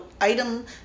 item